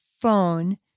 phone